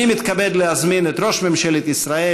אני מתכבד להזמין את ראש ממשלת ישראל